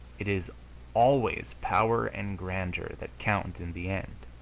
it is always power and grandeur that count in the end.